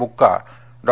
बुक्का डॉ